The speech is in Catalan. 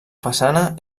façana